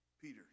Peter